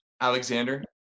Alexander